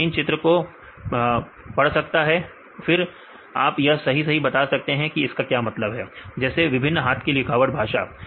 यह इन चित्र को पड़ सकता है फिर आप यह सही सही बता सकते हैं की इसका क्या मतलब है जैसे विभिन्न हाथ के लिखावट भाषा